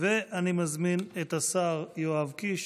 אני מזמין את השר יואב קיש,